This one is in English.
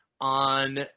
on